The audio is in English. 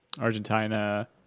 Argentina